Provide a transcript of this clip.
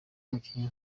umukinnyi